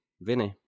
Vinny